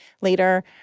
later